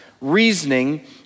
reasoning